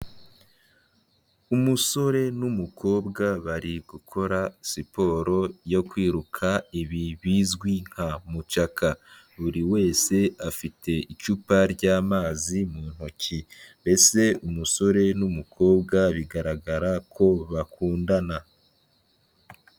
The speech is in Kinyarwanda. Umusore n'umukobwa bari gukora siporo yo kwiruka, ibi bizwi nka mucaka. Buri wese afite icupa ry'amazi mu ntoki. Mbese umusore n'umukobwa bigaragara ko bakundana.